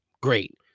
Great